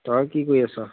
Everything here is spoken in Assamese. তই কি কৰি আছ